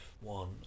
one